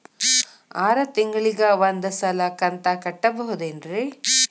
ಆರ ತಿಂಗಳಿಗ ಒಂದ್ ಸಲ ಕಂತ ಕಟ್ಟಬಹುದೇನ್ರಿ?